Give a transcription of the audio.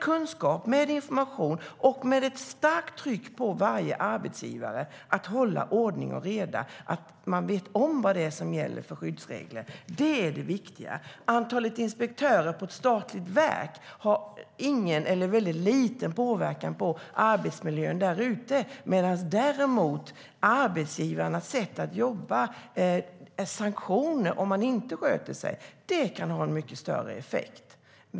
Kunskap, information och ett starkt tryck på varje arbetsgivare att hålla ordning och reda, så att man vet om vad det är för skyddsregler som gäller, är det viktiga. Antalet inspektörer på ett statligt verk har ingen eller väldigt liten påverkan på arbetsmiljön. Arbetsgivarnas sätt att jobba samt sanktioner mot dem som inte sköter sig kan ha en mycket större effekt.